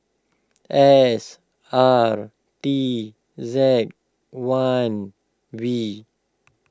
S R T Z one V